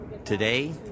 Today